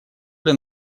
для